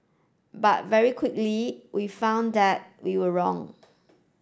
but very quickly we found that we were wrong